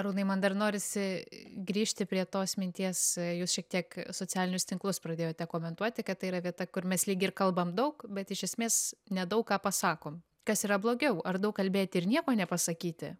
arūnai man dar norisi grįžti prie tos minties jūs šiek tiek socialinius tinklus pradėjote komentuoti kad tai yra vieta kur mes lyg ir kalbam daug bet iš esmės nedaug ką pasakom kas yra blogiau ar daug kalbėti ir nieko nepasakyti